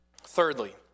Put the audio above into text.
Thirdly